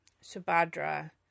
Subhadra